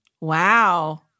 Wow